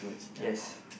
yes